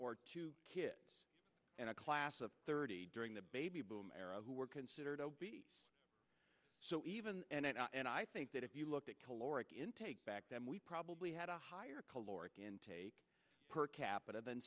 or two kids in a class of thirty during the baby boom era who were considered obese so even and i think that if you look at caloric intake back then we probably had a higher caloric intake per capita than